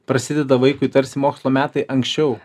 prasideda vaikui tarsi mokslo metai anksčiau